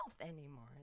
anymore